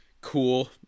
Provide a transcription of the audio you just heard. Cool